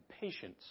patience